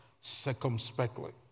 circumspectly